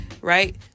right